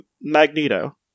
Magneto